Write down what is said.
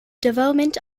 development